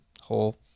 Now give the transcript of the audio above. whole